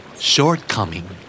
Shortcoming